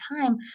time